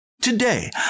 Today